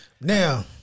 now